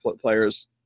players